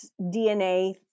DNA